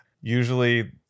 Usually